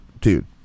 dude